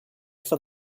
for